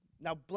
now